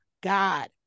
God